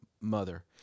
mother